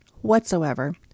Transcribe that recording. whatsoever